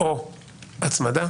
או הצמדה,